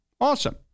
Awesome